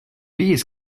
bees